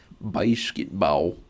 basketball